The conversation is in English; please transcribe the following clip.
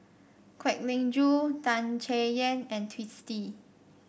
Kwek Leng Joo Tan Chay Yan and Twisstii